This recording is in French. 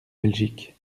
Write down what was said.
belgique